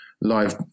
live